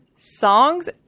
Songs